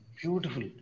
beautiful